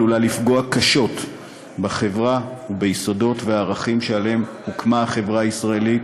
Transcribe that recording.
עלולה לפגוע קשות בחברה וביסודות ובערכים שעליהם הוקמה החברה הישראלית,